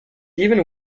even